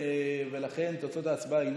ולכן תוצאות ההצבעה הן